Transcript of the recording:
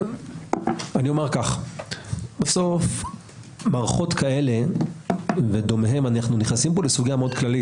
בסוף מערכות כאלה ודומיהן אנחנו נכנסים פה לסוגיה כללית